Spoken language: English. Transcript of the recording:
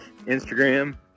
Instagram